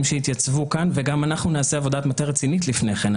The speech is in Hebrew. שיתייצבו כאן וגם אנחנו נעשה עבודת מטה רצינית לפני כן.